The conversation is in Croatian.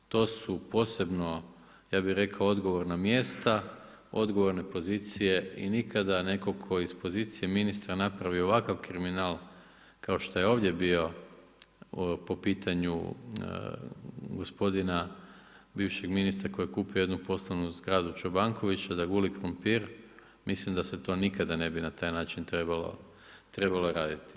To su posebna odgovorna mjesta, odgovorne pozicije i nikada netko tko je iz pozicije ministra napravi ovakav kriminal, kao što je ovdje bio po pitanju gospodina, bivšeg ministra koji je kupio jednu poslovnu zgradu Čobankovića da guli krumpir, mislim da se to nikada ne bi na taj način trebalo raditi.